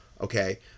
okay